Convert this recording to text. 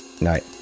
night